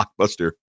Blockbuster